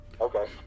Okay